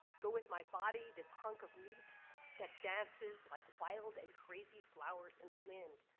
go with my body, this hunk of meat that dances like wild and crazy flowers in the wind.